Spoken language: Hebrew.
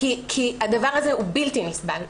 כי הדבר הזה הוא בלתי נסבל,